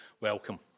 welcome